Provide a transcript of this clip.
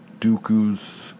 Dooku's